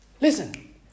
Listen